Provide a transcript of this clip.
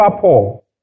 Paul